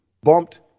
bumped